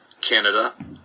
Canada